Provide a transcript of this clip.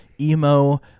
emo